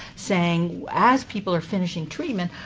saying, as people are finishing treatment,